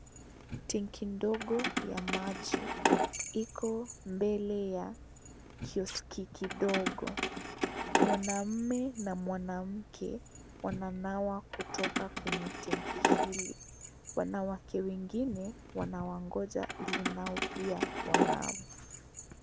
Tenki kidogo ya maji iko mbele ya kioski kidogo, mwanamme na mwanamke wananawa kutoka kwenye tenki hili, wanawake wengine wanawangoja ili nao pia wanawe.